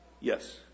Yes